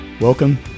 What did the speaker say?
Welcome